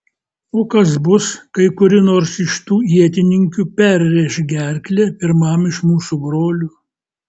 o kas bus kai kuri nors iš tų ietininkių perrėš gerklę pirmam iš mūsų brolių